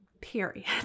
Period